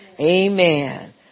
Amen